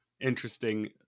interesting